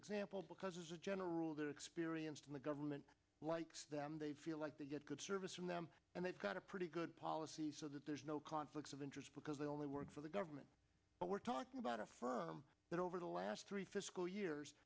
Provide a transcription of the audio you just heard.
example because as a general rule they're experienced in the government likes them they feel like they get good service from them and they've got a pretty good policy so that there's no conflicts of interest because they only work for the government but we're talking about a firm that over the last three fiscal years